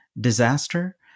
disaster